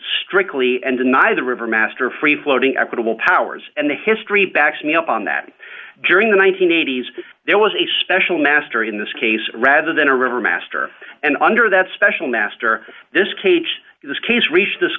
strictly and deny the river master free floating equitable powers and the history backs me up on that during the one thousand nine hundred and eighty s there was a special master in this case rather than a river master and under that special master this cage this case reached this